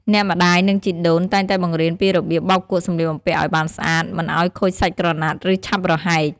អ្នកម្ដាយ និងជីដូនតែងតែបង្រៀនពីរបៀបបោកគក់សម្លៀកបំពាក់ឲ្យបានស្អាត មិនឲ្យខូចសាច់ក្រណាត់ ឬឆាប់រហែក។